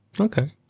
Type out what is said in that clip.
Okay